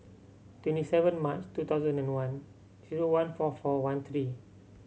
twenty seven March two thousand and one zero one four four one three